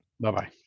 bye-bye